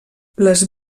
les